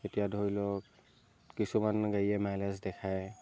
এতিয়া ধৰি লওক কিছুমান গাড়ীয়ে মাইলেজ দেখায়